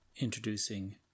introducing